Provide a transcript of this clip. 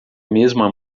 mesma